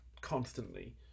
constantly